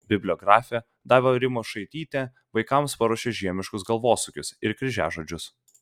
bibliografė daiva rimošaitytė vaikams paruošė žiemiškus galvosūkius ir kryžiažodžius